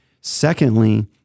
Secondly